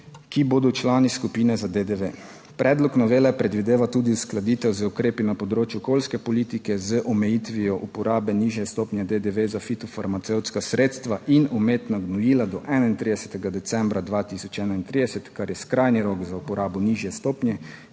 ki bodo člani skupine za DDV. Predlog novele predvideva tudi uskladitev z ukrepi na področju okolijske politike z omejitvijo uporabe nižje stopnje DDV za fitofarmacevtska sredstva in umetna gnojila do 31. decembra 2031, kar je skrajni rok za uporabo nižje stopnje,